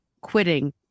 quitting